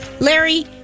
Larry